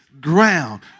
ground